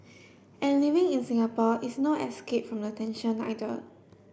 and living in Singapore is no escape from the tension either